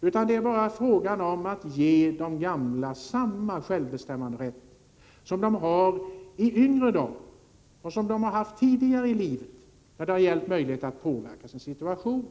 Det handlar bara om att ge de gamla samma självbestämmanderätt som de har haft i yngre dagar och tidigare i livet när det har gällt att påverka sin situation.